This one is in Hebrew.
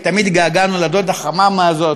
ותמיד התגעגענו לדודה חממה הזאת,